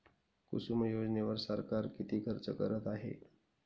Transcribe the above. कुसुम योजनेवर सरकार किती खर्च करत आहे?